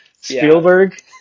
Spielberg